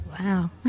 Wow